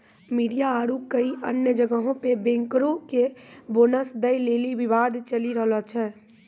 media आरु कई अन्य जगहो पे बैंकरो के बोनस दै लेली विवाद चलि रहलो छै